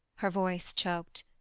her voice choked,